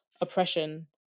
oppression